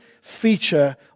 feature